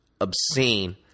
obscene